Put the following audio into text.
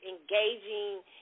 engaging